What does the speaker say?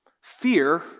fear